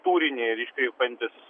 turinį ir iškraipantis